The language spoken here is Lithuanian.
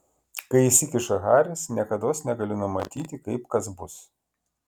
kai įsikiša haris niekados negali numatyti kaip kas bus